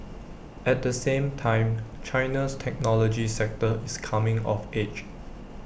at the same time China's technology sector is coming of age